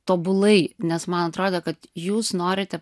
tobulai nes man atrodė kad jūs norite